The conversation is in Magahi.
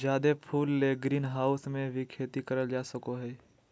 जादे फूल ले ग्रीनहाऊस मे भी खेती करल जा सको हय